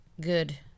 Good